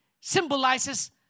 symbolizes